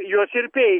juos ir peikia